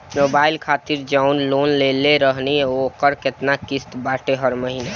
Mobile खातिर जाऊन loan लेले रहनी ह ओकर केतना किश्त बाटे हर महिना?